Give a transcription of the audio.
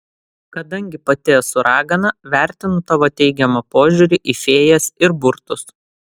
kadangi pati esu ragana vertinu tavo teigiamą požiūrį į fėjas ir burtus